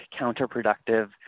counterproductive